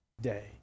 day